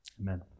Amen